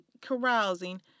carousing